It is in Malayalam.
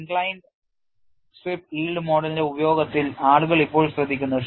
inclined സ്ട്രിപ്പ് yield മോഡലിന്റെ ഉപയോഗത്തിൽ ആളുകൾ ഇപ്പോൾ ശ്രദ്ധിക്കുന്നു